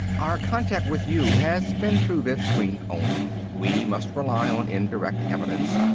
our contact with you has been through vidscreen only. we must rely on indirect evidence,